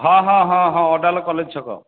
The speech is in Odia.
ହଁ ହଁ ହଁ ହଁ ଅଡ଼ାଲ୍ କଲେଜ୍ ଛକ